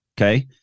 okay